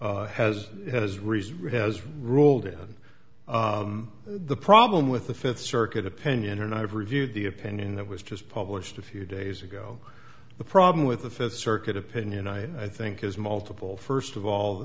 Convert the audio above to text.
ruled has has reason has ruled on the problem with the fifth circuit opinion and i have reviewed the opinion that was just published a few days ago the problem with the fifth circuit opinion i think is multiple first of all